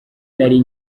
nari